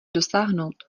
dosáhnout